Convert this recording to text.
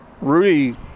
Rudy